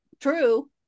true